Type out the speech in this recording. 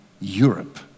Europe